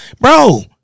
Bro